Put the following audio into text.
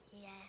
Yes